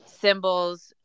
symbols